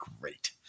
great